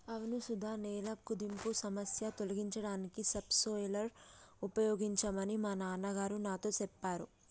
అవును సుధ నేల కుదింపు సమస్య తొలగించడానికి సబ్ సోయిలర్ ఉపయోగించమని మా నాన్న గారు నాతో సెప్పారు